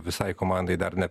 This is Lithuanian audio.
visai komandai dar ne